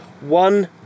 One